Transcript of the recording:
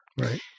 Right